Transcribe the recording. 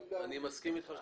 זה יקרה עוד --- אני מסכים איתך